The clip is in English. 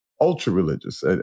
ultra-religious